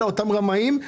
אלא אותם רמאים.